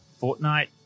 Fortnite